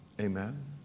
Amen